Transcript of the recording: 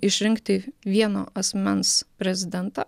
išrinkti vieno asmens prezidentą